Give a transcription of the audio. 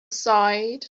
side